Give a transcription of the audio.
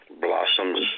blossoms